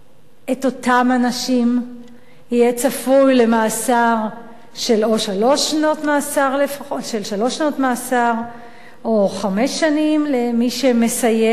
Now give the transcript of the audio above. את אותם אנשים יהיה צפוי לשלוש שנות מאסר לפחות או חמש שנים למי שמסייע.